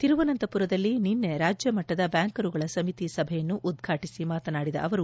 ತಿರುವನಂತಪುರದಲ್ಲಿ ನಿನ್ನೆ ರಾಜ್ಯ ಮಟ್ವದ ಬ್ಯಾಂಕರುಗಳ ಸಮಿತಿ ಸಭೆಯನ್ನು ಉದ್ಘಾಟಿಸಿ ಮಾತನಾಡಿದ ಅವರು